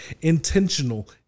intentional